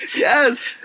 Yes